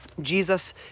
Jesus